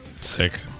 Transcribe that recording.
sick